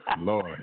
Lord